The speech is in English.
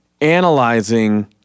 analyzing